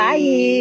Bye